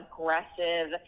aggressive